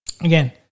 again